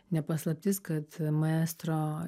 ne paslaptis kad maestro